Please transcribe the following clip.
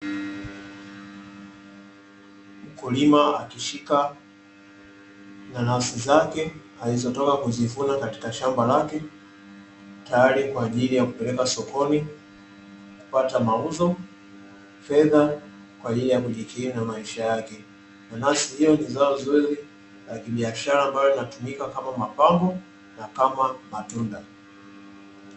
Mkulima ameshika nanasi zake tayarivkwaajili yakupeleka shambani kuuza kujipatia kipato chake